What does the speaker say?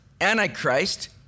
Antichrist